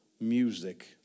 music